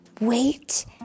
wait